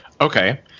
Okay